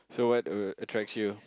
so what uh attracts you